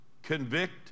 convict